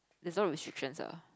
there's no restrictions ah